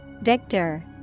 Victor